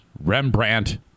Rembrandt